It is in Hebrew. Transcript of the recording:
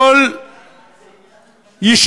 100 שקלים